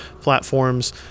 platforms